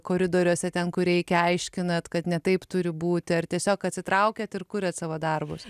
koridoriuose ten kur reikia aiškinat kad ne taip turi būti ar tiesiog atsitraukiat ir kuriat savo darbus